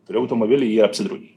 turi automobilį jį apsidraudei